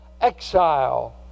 exile